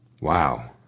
Wow